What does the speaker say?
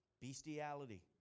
bestiality